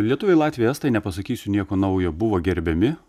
lietuviai latviai estai nepasakysiu nieko naujo buvo gerbiami